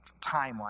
timeline